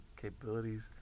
capabilities